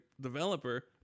developer